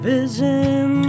Vision